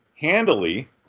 handily